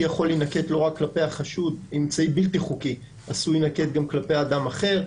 יכול להינקט לא רק כלפי החשוד אלא גם כלפי אדם אחר,